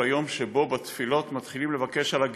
ליום שבו בתפילות מתחילים לבקש על הגשם.